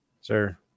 Sir